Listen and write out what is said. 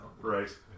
Right